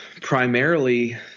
primarily